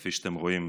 וכפי שאתם רואים,